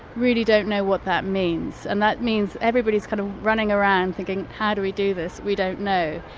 really don't know what that means, and that means everybody's kind of running around thinking how do we do this? we don't know.